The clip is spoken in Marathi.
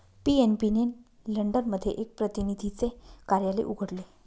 पी.एन.बी ने लंडन मध्ये एक प्रतिनिधीचे कार्यालय उघडले